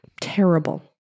Terrible